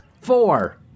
Four